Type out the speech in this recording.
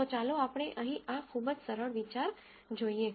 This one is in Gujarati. તો ચાલો આપણે અહીં આ ખૂબ જ સરળ વિચાર જોઈએ